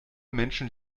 menschen